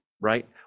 right